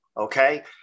Okay